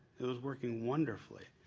it was working wonderfully.